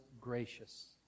gracious